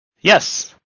Yes